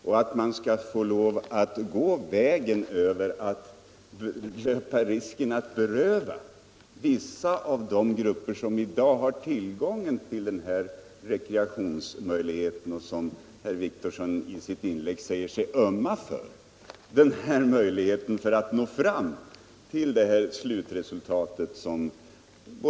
Men skall man behöva gå vägen över att beröva en del grupper de rekreationsmöjligheter som de i dag har, grupper som herr Wictorsson sade i sitt inlägg att han ömmade för.